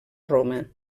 roma